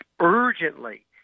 urgently